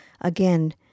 again